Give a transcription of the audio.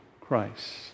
Christ